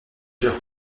dure